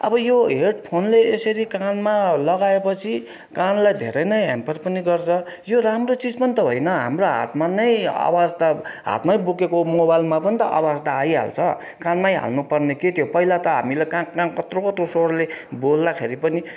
अब यो हेडफोनले यसरी कानमा लगाए पछि कानलाई धेरै नै हेम्पर पनि गर्छ यो राम्रो चिज पनि त होइन हाम्रो हातमा नै आवाज त हातमै बोकेको मोबाइलमा पनि त आवाज त आइहाल्छ कानमै हाल्नु पर्ने के त्यो पहिला त हामीलाई कहाँ कहाँ कत्रा कत्रा स्वरले बोल्दाखेरि पनि